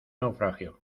naufragio